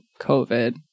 COVID